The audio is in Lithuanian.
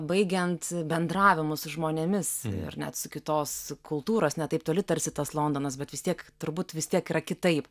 baigiant bendravimu su žmonėmis ir net su kitos kultūros ne taip toli tarsi tas londonas bet vis tiek turbūt vis tiek yra kitaip